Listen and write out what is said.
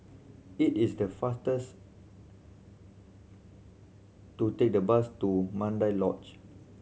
it is the fastest to take the bus to Mandai Lodge